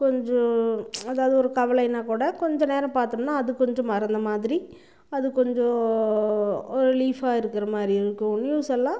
கொஞ்சம் அதாவது ஒரு கவலைன்னா கூட கொஞ்ச நேரம் பார்த்தோம்னா அது கொஞ்சம் மறந்த மாதிரி அது கொஞ்சம் ஒரு ரிலீஃபாக இருக்குறமாதிரி இருக்கும் நியூஸ் எல்லாம்